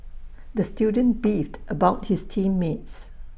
the student beefed about his team mates